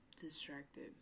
distracted